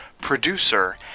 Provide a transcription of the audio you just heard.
producer